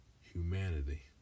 humanity